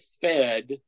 fed